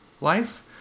life